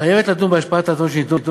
היא חייבת לדון בהשפעת ההטבות שניתנו,